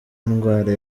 indwara